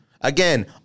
again